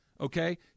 Okay